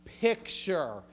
picture